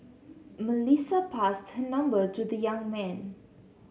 Melissa passed her number to the young man